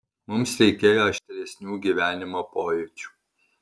mums reikėjo aštresnių gyvenimo pojūčių